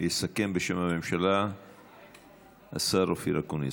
ויסכם בשם הממשלה השר אופיר אקוניס.